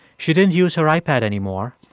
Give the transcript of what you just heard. she didn't use her ipad anymore.